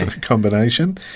combination